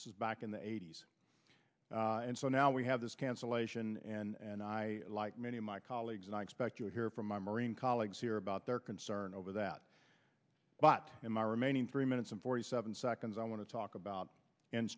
this is back in the eighty's and so now we have this cancellation and i like many of my colleagues and i expect to hear from my marine colleagues here about their concern over that but in my remaining three minutes and forty seven seconds i want to talk about and